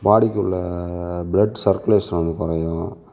பாடிக்குள்ள blood circulation வந்து குறையும்